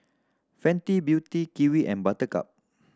Fenty Beauty Kiwi and Buttercup